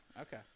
okay